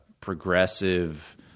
progressive